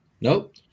Nope